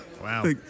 Wow